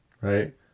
right